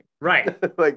Right